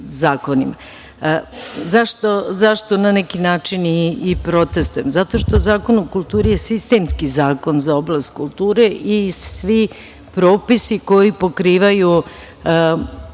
na neki način i protestvujem? Zato što Zakon o kulturi je sistemski zakon za oblast kulture i svi propisi koji pokrivaju